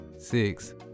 six